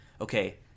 okay